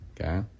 Okay